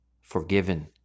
forgiven